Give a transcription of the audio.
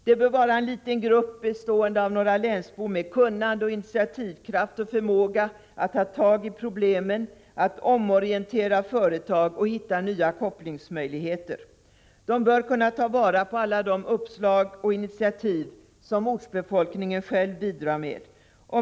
Det bör vara en liten grupp, bestående av några länsbor med kunnande och initiativkraft och förmåga att ta tag i problemen, att omorientera företag och hitta nya kopplingsmöjligheter. De bör kunna ta vara på alla de uppslag och initiativ som ortsbefolkningen själv bidrar med.